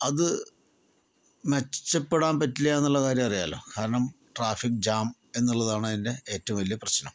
അത് മെച്ചപ്പെടാൻ പറ്റില്ല എന്നുള്ള കാരണം അറിയാല്ലോ കാരണം ട്രാഫിക് ജാം എന്നുള്ളതാണ് അതിൻ്റെ ഏറ്റവും വലിയ പ്രശ്നം